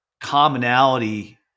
commonality